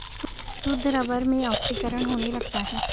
शुद्ध रबर में ऑक्सीकरण होने लगता है